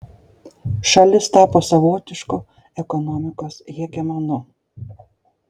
šalis tapo savotišku ekonomikos hegemonu